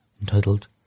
entitled